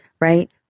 Right